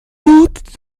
tante